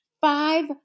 Five